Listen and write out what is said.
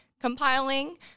compiling